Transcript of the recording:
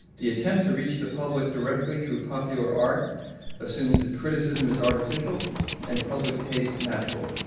the attempt to reach the public directly through popular art assumes that criticism is artificial and public taste natural.